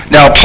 Now